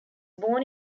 born